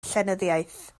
llenyddiaeth